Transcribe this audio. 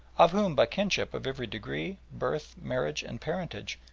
of whom, by kinship of every degree, birth, marriage, and parentage,